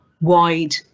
wide